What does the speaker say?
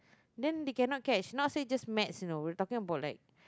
then they cannot catch not say just maths you know we're talking about like